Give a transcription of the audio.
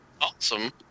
Awesome